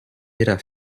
era